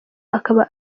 akaba